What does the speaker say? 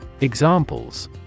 Examples